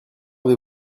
avez